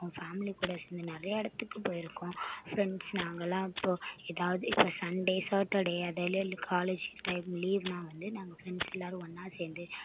family கூட சேர்ந்து நிறையா இடத்துக்கு போய்ருக்கோம் ஃப்ரெண்ட்ஸ் நாங்கெல்லாம் அப்போது ஏதாவது இப்போ சண்டேஸ் சாட்டர்டே அதெல்லாம் இல்லை காலேஜ் டைம் லீவுனா வந்து நாங்கள் ஃப்ரெண்ட்ஸ் எல்லோரும் எல்லோரும் ஒன்றா சேர்ந்து